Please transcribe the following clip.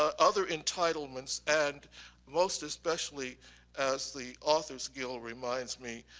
um other entitlements and most especially as the authors guild reminds me,